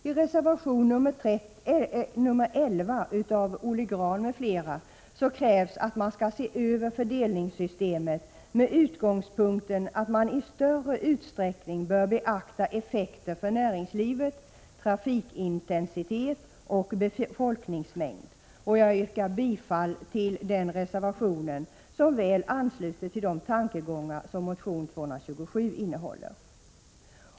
I reservation nr 11 av Olle Grahn m.fl. krävs att man skall se över fördelningssystemet från utgångspunkten att man i större utsträckning bör beakta effekterna på näringslivet, trafikintensiteten och befolkningsmängden. Jag yrkar bifall till den reservationen, som väl ansluter till de tankegångar som motion nr T227 innehåller.